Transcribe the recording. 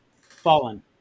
Fallen